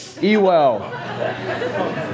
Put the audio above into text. Ewell